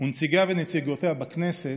ונציגיה ונציגותיה בכנסת,